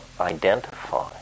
identify